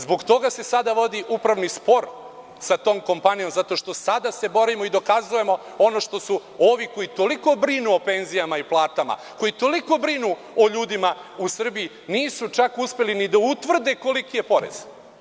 Zbog toga se sada vodi upravni spor sa tom kompanijom, zato što se sada borimo i dokazujemo ono što ovi koji toliko brinu o penzijama i platama, koji toliko brinu o ljudima u Srbiji, nisu čak uspeli ni da utvrde koliki je porez.